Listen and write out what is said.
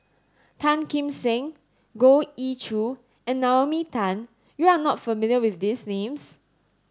Tan Kim Seng Goh Ee Choo and Naomi Tan you are not familiar with these names